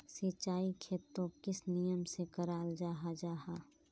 सिंचाई खेतोक किस नियम से कराल जाहा जाहा?